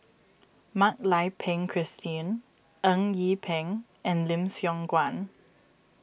Mak Lai Peng Christine Eng Yee Peng and Lim Siong Guan